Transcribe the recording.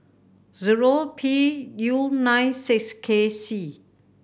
zero P U nine six K C